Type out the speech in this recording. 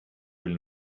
will